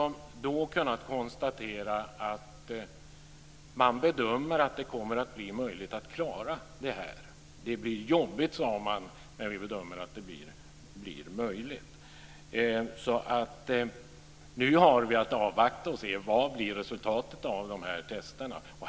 Vi har kunnat konstatera att man bedömer att det kommer att bli möjligt att klara detta. Man sade att det blir jobbigt men att man bedömde att det är möjligt. Nu har vi att avvakta resultatet av dessa test.